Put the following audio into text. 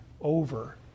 over